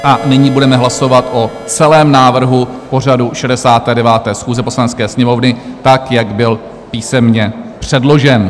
A nyní budeme hlasovat o celém návrhu pořadu 69. schůze Poslanecké sněmovny tak, jak byl písemně předložen.